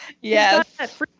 Yes